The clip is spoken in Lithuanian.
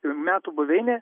ir metų buveinė